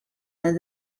and